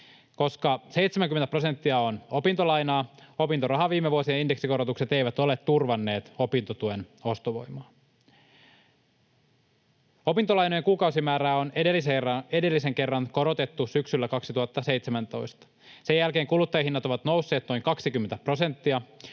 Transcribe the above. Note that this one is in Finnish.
Koska 70 prosenttia on opintolainaa, opintorahan viime vuosien indeksikorotukset eivät ole turvanneet opintotuen ostovoimaa. Opintolainojen kuukausimäärää on edellisen kerran korotettu syksyllä 2017. Sen jälkeen kuluttajahinnat ovat nousseet noin 20 prosenttia,